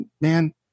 man